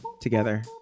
together